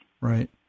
Right